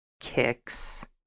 kicks